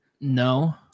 No